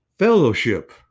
Fellowship